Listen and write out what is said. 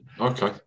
Okay